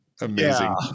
amazing